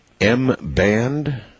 M-Band